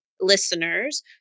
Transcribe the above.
listeners